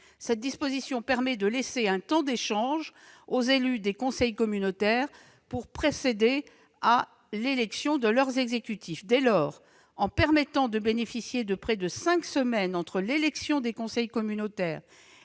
Cette disposition permet de laisser un temps d'échange aux élus des conseils communautaires pour procéder à l'élection de leurs exécutifs. Dès lors, en prévoyant un délai de près de cinq semaines entre l'élection des conseillers communautaires